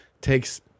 takes